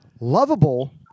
Lovable